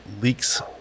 leaks